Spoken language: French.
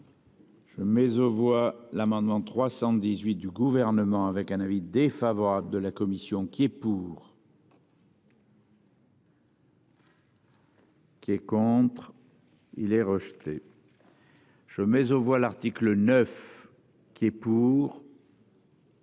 Mais aux voix l'amendement 318 du gouvernement avec un avis défavorable de la commission qui est pour. Qui est contre. Il est rejeté. Je mais aux voix l'article 9. Qui est pour.